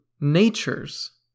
natures